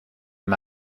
him